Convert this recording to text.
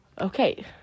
Okay